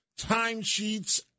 timesheets